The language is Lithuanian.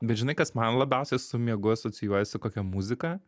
bet žinai kas man labiausiai su miegu asocijuojasi kokia muzika